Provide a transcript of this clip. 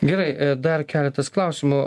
gerai dar keletas klausimų